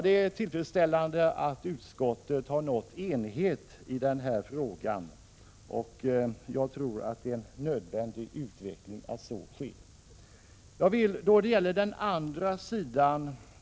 Det är tillfredsställande att utskottet har nått enighet i den här frågan. Jag tror att det är en nödvändig utveckling att så sker.